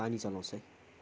पानी चलाउँछ